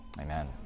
Amen